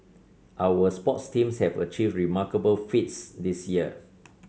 our sports teams have achieved remarkable feats this year